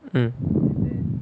um